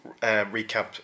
recap